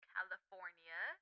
California